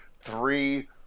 three